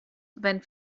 wenn